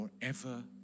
forever